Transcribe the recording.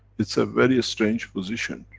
it's a very strange position,